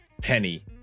penny